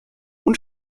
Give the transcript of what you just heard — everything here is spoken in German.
und